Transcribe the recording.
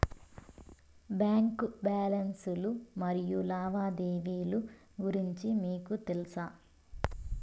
Bank balance లు మరియు లావాదేవీలు గురించి మీకు తెల్సా?